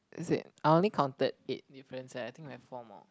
is it I only counted eight differences I think left four more